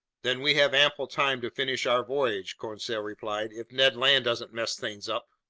then we have ample time to finish our voyage, conseil replied, if ned land doesn't mess things up!